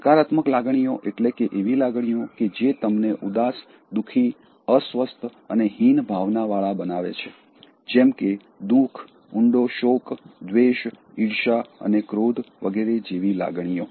નકારાત્મક લાગણીઓ એટલે એવી લાગણીઓ કે જે તમને ઉદાસ દુખી અસ્વસ્થ અને હીન ભાવનાવાળા બનાવે છે જેમ કે દુખ ઉંડો શોક દ્વેષ ઈર્ષ્યા અને ક્રોધ વગેરે જેવી લાગણીઓ